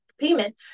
payment